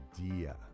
idea